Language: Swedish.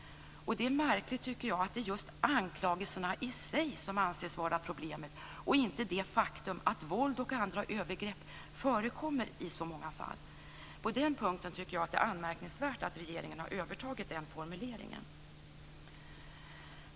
Jag tycker att det är märkligt att det är just anklagelserna i sig som anses vara problemet och inte det faktum att våld och andra övergrepp förekommer i så många fall. Jag tycker att det är anmärkningsvärt att regeringen har övertagit den formuleringen.